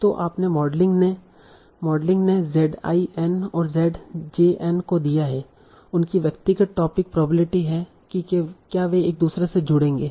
तो आपके मॉडलिंग ने Z i n और Z j n को दिया है उनकी व्यक्तिगत टोपिक प्रोबेबिलिटी हैं कि क्या वे एक दूसरे से जुड़ेंगे